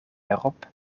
erop